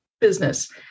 business